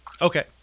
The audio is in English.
Okay